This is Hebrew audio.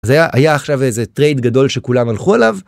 זה היה היה עכשיו איזה טרייד גדול שכולם הלכו עליו.